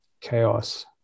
chaos